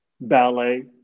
ballet